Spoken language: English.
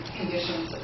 conditions